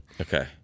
Okay